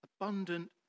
Abundant